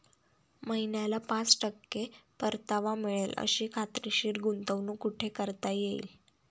महिन्याला पाच टक्के परतावा मिळेल अशी खात्रीशीर गुंतवणूक कुठे करता येईल?